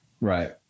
Right